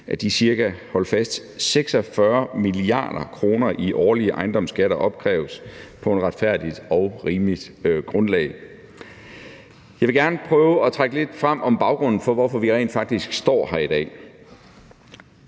at de ca. – holdt fast! – 46 mia. kr. i årlige ejendomsskatter opkræves på et retfærdigt og rimeligt grundlag. Jeg vil gerne prøve at trække lidt frem om baggrunden for, hvorfor vi rent faktisk står her i dag.